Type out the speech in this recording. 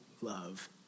love